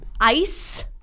Ice